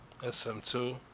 SM2